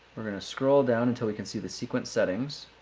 we're going to scroll down until we can see the sequence settings.